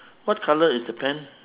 what colour is the pants